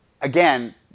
again